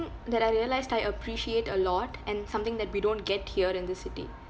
that I realised I appreciate a lot and something that we don't get here in the city